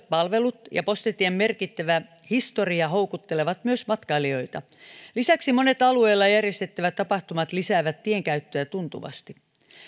palvelut ja postitien merkittävä historia houkuttelevat myös matkailijoita lisäksi monet alueella järjestettävät tapahtumat lisäävät tien käyttöä tuntuvasti